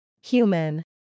Human